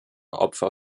opfer